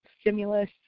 stimulus